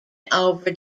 over